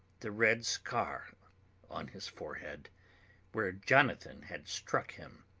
the red scar on his forehead where jonathan had struck him.